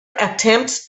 attempts